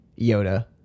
Yoda